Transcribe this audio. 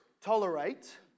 tolerate